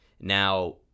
Now